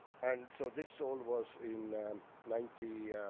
and so, this all was in ninety.